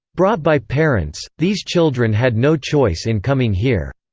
brought by parents, these children had no choice in coming here.